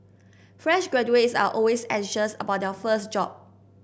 fresh graduates are always anxious about their first job